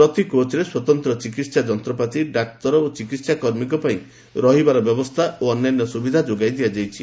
ପ୍ରତି କୋଚ୍ରେ ସ୍ୱତନ୍ତ୍ର ଚିକିତ୍ସା ଯନ୍ତ୍ରପାତି ଡାକ୍ତର ଓ ଚିକିହାକର୍ମୀଙ୍କ ପାଇଁ ରହିବାର ବ୍ୟବସ୍ଥା ଓ ଅନ୍ୟାନ୍ୟ ସୁବିଧା ଯୋଗାଇ ଦିଆଯିବ